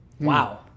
Wow